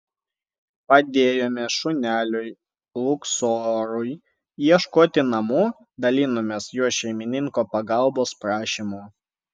padėjome šuneliui luksorui ieškoti namų dalinomės jo šeimininko pagalbos prašymu